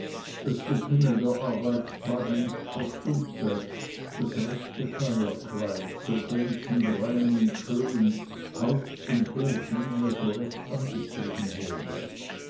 das getümmel der arbeitstage nicht verstummte das rechte feierkleid so glänzend rein und schön haus und hof nie mehr so recht angezogen wurde